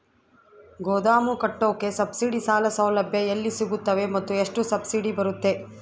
ಗೋದಾಮು ಕಟ್ಟೋಕೆ ಸಬ್ಸಿಡಿ ಸಾಲ ಸೌಲಭ್ಯ ಎಲ್ಲಿ ಸಿಗುತ್ತವೆ ಮತ್ತು ಎಷ್ಟು ಸಬ್ಸಿಡಿ ಬರುತ್ತೆ?